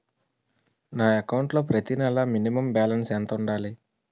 నా అకౌంట్ లో ప్రతి నెల మినిమం బాలన్స్ ఎంత ఉండాలి?